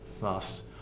last